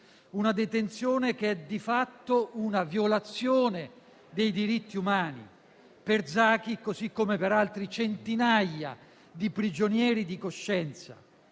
Una detenzione che è, di fatto, una violazione dei diritti umani, per Zaki così come per altre centinaia di "prigionieri di coscienza".